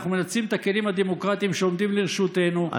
אנחנו מנצלים את הכלים הדמוקרטיים שעומדים לרשותנו,